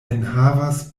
enhavas